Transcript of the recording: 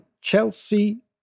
Chelsea